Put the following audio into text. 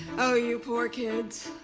oh, you poor kids.